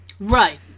Right